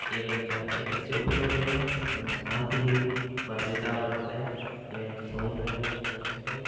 एवञ्च एतस्याः उपयोगेन मम कान्तिः वर्धिता वर्तते एवञ्च सौन्दर्मपि वर्धितम्